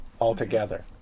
altogether